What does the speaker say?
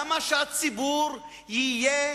למה שהציבור יהיה